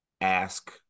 ask